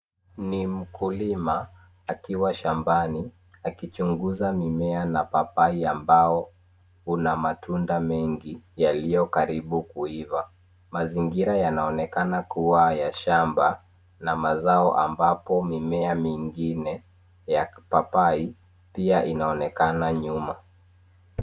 Ni mkulima akiwa shambani akichunguza mimea na papai ambao una matunda mengi yaliyo karibu kuiva. Mazingira yanaonekana kuwa ya shamba na mazao ambapo mimea mingine ya papai pia inaonekana nyuma.